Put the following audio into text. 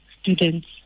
students